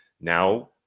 now